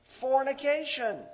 fornication